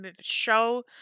show